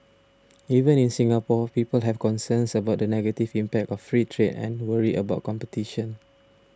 even in Singapore people have concerns about the negative impact of free trade and worry about competition